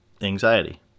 Anxiety